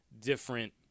different